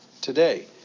today